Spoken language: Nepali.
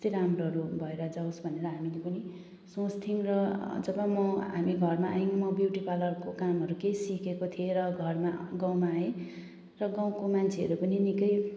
यस्तै राम्रोहरू भएर जाओस् भनेर हामी पनि सोच्थ्यौँ र जब म हामी घरमा आयौँ म ब्युटी पार्लरको कामहरू केही सिकेको थिएँ र घरमा गाउँमा आएँ र गाउँको मान्छेहरू पनि निकै